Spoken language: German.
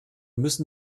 müssen